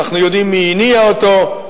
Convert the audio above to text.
אנחנו יודעים מי הניע אותו,